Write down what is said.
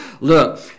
look